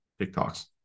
TikToks